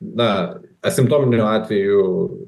na asimptominių atvejų